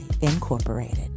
Incorporated